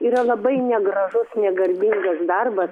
yra labai negražus negarbingas darbas